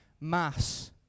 mass